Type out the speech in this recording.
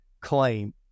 claim